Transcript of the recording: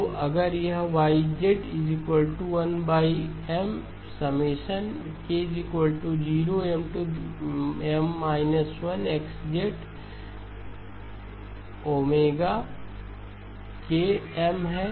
तो अगर यहY1M k0M 1 X है